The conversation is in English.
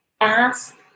ask